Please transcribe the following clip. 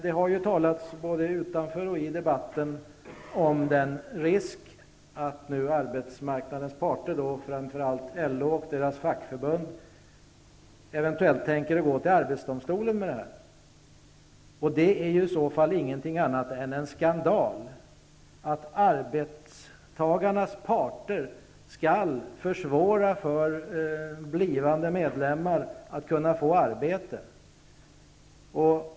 Det har ju talats, både i och utanför debatten, om risken för att arbetsmarknadens parter, framför allt LO och dess fackförbund, eventuellt tänker gå till arbetsdomstolen med det här. Det är i så fall ingenting annat än en skandal, att arbetstagarnas parter skall försvåra för blivande medlemmar att få arbete.